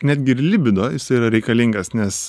netgi ir libido yra reikalingas nes